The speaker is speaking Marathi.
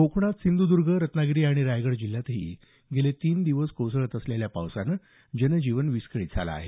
कोकणात सिंधुद्र्ग रत्नागिरी आणि रायगड जिल्ह्यातही गेले तीन दिवस कोसळत असलेल्या पावसानं जनजीवन विस्कळीत झालं आहे